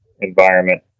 environment